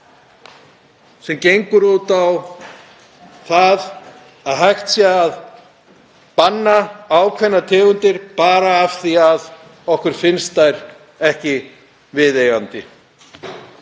sem gengur út á að hægt sé að banna ákveðnar tegundir, bara af því að okkur finnst þær ekki viðeigandi.